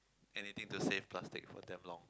and you think the same plastic for damn long